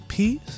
Peace